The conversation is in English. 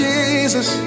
Jesus